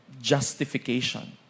justification